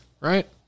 right